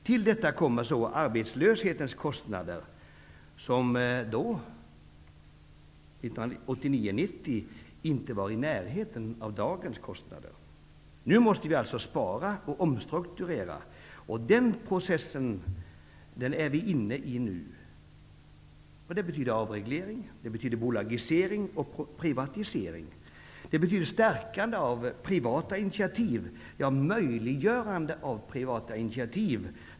Till detta kommer så arbetslöshetens kostnader som då, 1989/90, inte var i närheten av dagens kostnader. Nu måste vi alltså spara och omstrukturera. Och den processen är vi inne i nu. Det betyder avreglering, bolagisering och privatisering. Det betyder stärkande av privata initiativ och möjliggörande av privata initiativ.